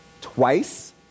twice